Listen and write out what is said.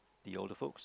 the older folks